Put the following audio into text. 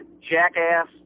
jackass